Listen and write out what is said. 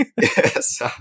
Yes